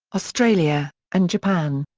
australia, and japan.